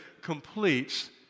completes